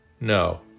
No